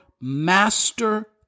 master